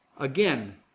Again